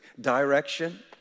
direction